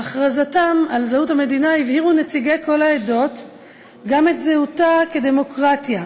בהכרזתם על זהות המדינה הבהירו נציגי כל העדות גם את זהותה כדמוקרטיה,